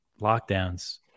lockdowns